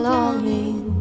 Longing